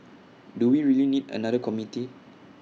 do we really need another committee